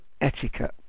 etiquette